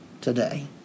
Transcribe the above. today